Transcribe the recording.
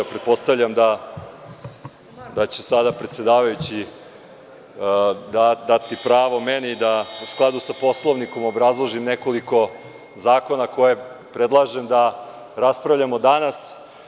Pretpostavljam da će sada predsedavajući dati pravo meni da, u skladu sa Poslovnikom, obrazložim nekoliko zakona koje predlažem da raspravljamo danas.